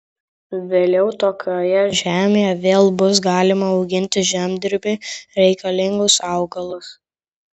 vėliau tokioje žemėje vėl bus galima auginti žemdirbiui reikalingus augalus